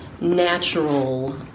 natural